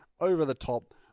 over-the-top